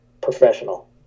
professional